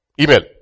Email